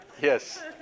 Yes